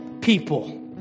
people